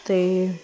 ਅਤੇ